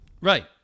Right